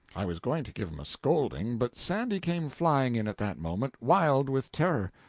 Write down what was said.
i was going to give him a scolding, but sandy came flying in at that moment, wild with terror,